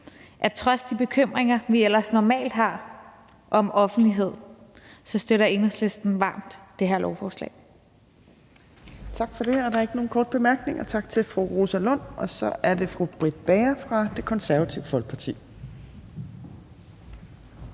at trods de bekymringer, vi ellers normalt har vedrørende offentlighed, støtter Enhedslisten varmt det her lovforslag.